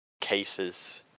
cases